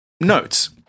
notes